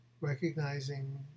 recognizing